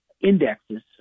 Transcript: indexes